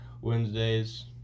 Wednesdays